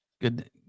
good